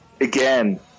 again